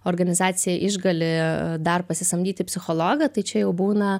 organizacija išgali dar pasisamdyti psichologą tai čia jau būna